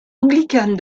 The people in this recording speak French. anglicane